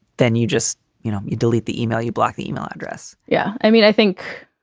then you just you know, you delete the email, you block the email address yeah. i mean, i think,